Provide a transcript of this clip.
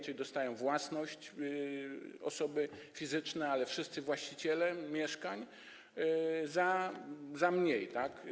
Czyli dostają własność osoby fizyczne, ale wszyscy właściciele mieszkań za mniej, tak?